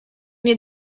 nie